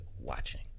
watching